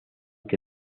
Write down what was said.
que